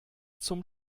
zum